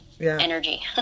energy